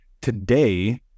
Today